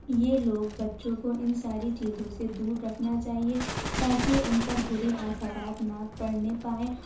یہ لوگ بچوں کو ان ساری چیزوں سے دور رکھنا چاہیے تاکہ ان پر برے اثرات نہ پڑنے پائیں